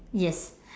yes